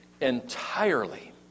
entirely